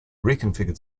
reconfigured